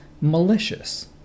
malicious